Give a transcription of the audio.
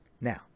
Now